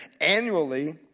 annually